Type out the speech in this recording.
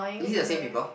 is it the same people